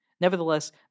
Nevertheless